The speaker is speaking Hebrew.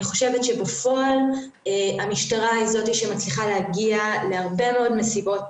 חושבת שבפועל המשטרה היא זו שמצליחה להגיע להרבה מאוד מסיבות